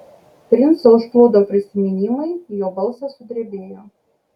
princą užplūdo prisiminimai jo balsas sudrebėjo